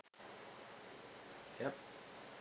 yup